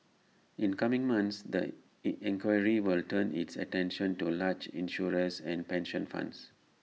in coming months the inquiry will turn its attention to large insurers and pension funds